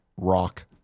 rock